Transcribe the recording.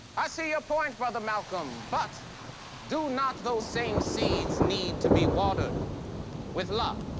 i see your point, brother malcolm, but do not those same seeds need to be watered with love?